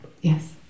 Yes